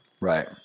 right